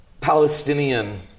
Palestinian